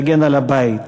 להגן על הבית,